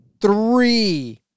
three